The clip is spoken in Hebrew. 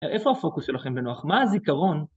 איפה הפוקוס שלכם בנח? מה הזיכרון?